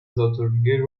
ذاتالریه